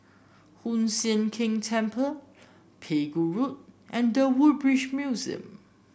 Hoon Sian Keng Temple Pegu Road and The Woodbridge Museum